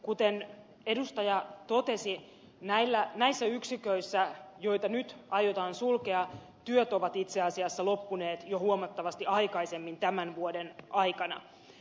kuten edustaja totesi näissä yksiköissä joita nyt aiotaan sulkea työt ovat itse asiassa loppuneet jo huomattavasti aikaisemmin tämän vuoden aikana